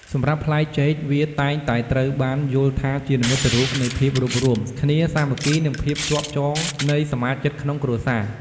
សម្រាប់ផ្លែចេក វាតែងតែត្រូវបានយល់ថាជានិមិត្តរូបនៃភាពរួបរួម គ្នា សាមគ្គី និងភាពជាប់ចងនៃសមាជិកក្នុងគ្រួសារ។